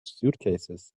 suitcases